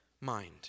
mind